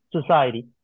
society